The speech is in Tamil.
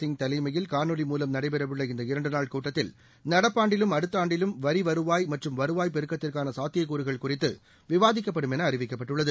சிங் தலைமையில் காணொலி மூலம் நடைபெறவுள்ள இந்த இரண்டு நாள் கூட்டத்தில் நடப்பு ஆண்டிலும் அடுத்த ஆண்டிலும் வரி வருவாய் மற்றும் வருவாய் பெருக்கத்துக்கான சாத்தியக்கூறுகள் குறித்து விவாதிக்கப்படும் என அறிவிக்கப்பட்டுள்ளது